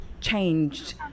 changed